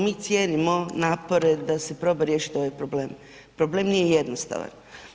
Mi cijenimo napore da se proba riješiti ovaj problem, problem nije jednostavan.